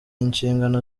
inshingano